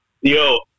Yo